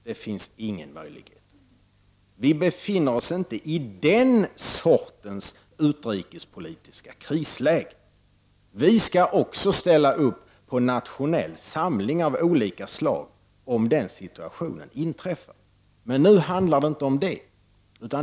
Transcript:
Det finns ingen möjlighet till detta. Vi befinner oss inte i den sortens utrikespolitiska krisläge. Vi kommer också att ställa upp på en nationell samling om den situationen inträffar. Men nu handlar det inte om det.